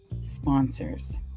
sponsors